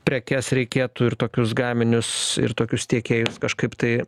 prekes reikėtų ir tokius gaminius ir tokius tiekėjus kažkaip tai